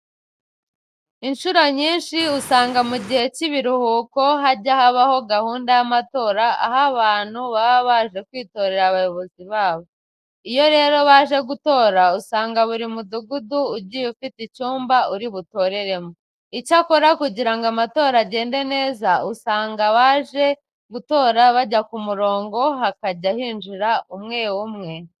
Incuro nyinshi usanga mu gihe cy'ibiruhuko hajya habaho gahunda y'amatora, aho abantu baba baje kwitorera abayobozi babo. Iyo rero baje gutora usanga buri mudugudu ugiye ufite icyumba uri butoreremo. Icyakora kugira ngo amatora agende neza, usanga abaje gutora bajya ku murongo hakajya hinjira umwe umwe.